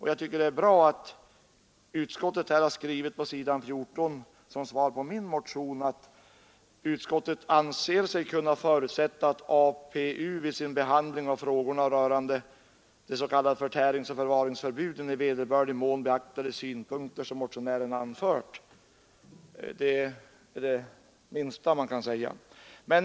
Jag tycker att det är bra att utskottet har skrivit på s. 14 följande som svar på min motion: ”Utskottet anser sig kunna förutsätta att APU vid sin behandling av frågorna rörande de s.k. förtäringsoch förvaringsförbuden i vederbörlig mån beaktar de synpunkter motionärerna anfört.” Att så sker är det minsta man kan begära.